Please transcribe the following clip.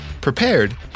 prepared